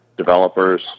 developers